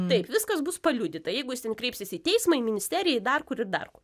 taip viskas bus paliudyta jeigu is ten kreipsis į teismą į ministeriją į dar kur į dar kur